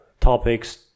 topics